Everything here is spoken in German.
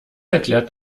erklärt